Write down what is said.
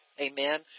Amen